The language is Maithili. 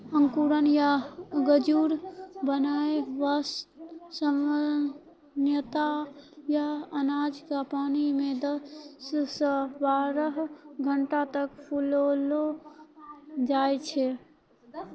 अंकुरण या गजूर बनाय वास्तॅ सामान्यतया अनाज क पानी मॅ दस सॅ बारह घंटा तक फुलैलो जाय छै